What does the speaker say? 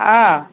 હા